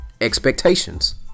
expectations